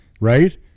right